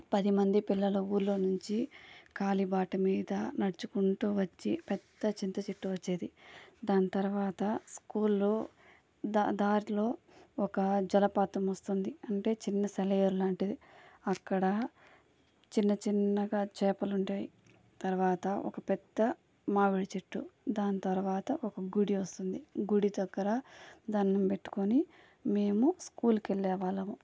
పది మంది పిల్లలు ఊళ్ళో నుంచి కాలిబాట మీద నడుచుకుంటు వచ్చి పెద్ద చింత చెట్టు వచ్చేది దాని తర్వాత స్కూల్లో ద దారిలో ఒక జలపాతం వస్తుంది అంటే చిన్న సెలయేరు లాంటిది అక్కడ చిన్న చిన్నగా చేపలు ఉంటాయి తర్వాత ఒక పెద్ద మామిడి చెట్టు దాని తర్వాత ఒక గుడి వస్తుంది గుడి దగ్గర దండం పెట్టుకొని మేము స్కూలుకి వెళ్ళే వాళ్ళము